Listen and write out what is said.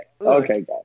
Okay